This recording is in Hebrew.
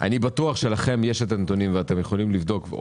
אני בטוח שיש לכם את הנתונים ואתם יכולים לבדוק,